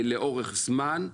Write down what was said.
לאורך זמן.